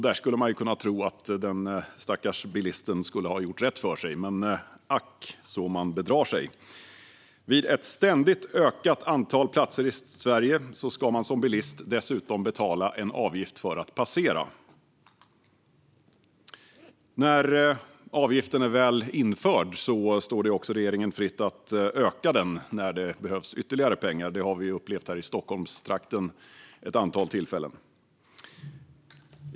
Där kunde man tycka att den stackars bilisten skulle ha gjort rätt för sig, men ack, så man bedrar sig! Vid ett ständigt ökande antal platser i Sverige ska man som bilist dessutom betala en avgift för att passera. När avgiften väl är införd står det också regeringen fritt att öka den när det behövs ytterligare pengar. Det har vi upplevt här i Stockholmstrakten vid ett antal tillfällen.